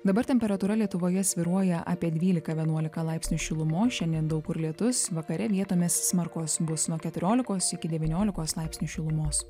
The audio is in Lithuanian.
dabar temperatūra lietuvoje svyruoja apie dvulika vienuolika laipsnių šilumos šiandien daug kur lietus vakare vietomis smarkus bus nuo keturiolikos iki devyniolikos laipsnių šilumos